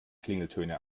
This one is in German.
klingeltöne